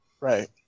Right